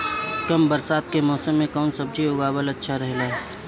कम बरसात के मौसम में कउन सब्जी उगावल अच्छा रहेला?